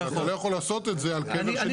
אתה לא יכול לעשות את זה על קבר.